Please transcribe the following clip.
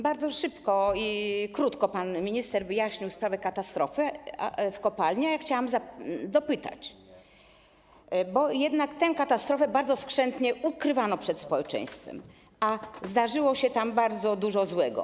Bardzo szybko i krótko pan minister wyjaśnił sprawę katastrofy w kopalni, ale chciałam dopytać, bo tę katastrofę bardzo skrzętnie ukrywano przed społeczeństwem, a zdarzyło się tam bardzo dużo złego.